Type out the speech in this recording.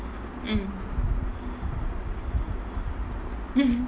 mm